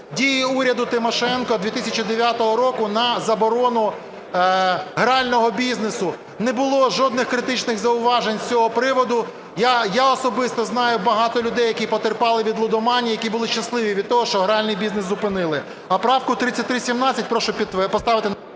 дії уряду Тимошенко 2009 року на заборону грального бізнесу. Не було жодних критичних зауважень з цього приводу. Я особисто знаю багато людей, які потерпали від лудоманії, які були щасливі від того, що гральний бізнес зупинили. А правку 3317 прошу поставити на…